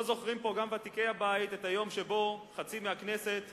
לא זוכרים פה גם ותיקי הבית את היום שבו חצי מהכנסת